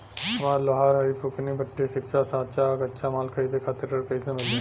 हम लोहार हईं फूंकनी भट्ठी सिंकचा सांचा आ कच्चा माल खरीदे खातिर ऋण कइसे मिली?